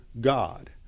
God